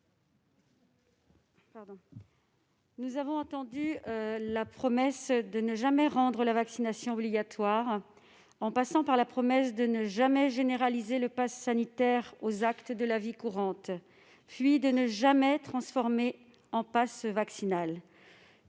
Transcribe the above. Nous avons entendu la promesse de ne jamais rendre la vaccination obligatoire, celle de ne jamais généraliser le passe sanitaire aux actes de la vie courante, puis celle de ne jamais transformer ce passe en